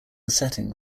setting